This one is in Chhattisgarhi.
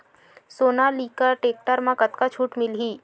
सोनालिका टेक्टर म कतका छूट मिलही?